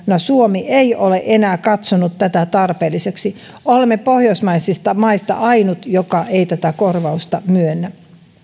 suomi ei ole enää katsonut tätä tarpeelliseksi olemme pohjoismaisista maista ainut joka ei tätä korvausta myönnä